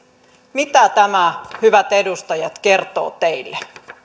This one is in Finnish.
mitä tämä hyvät edustajat kertoo teille